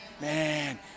Man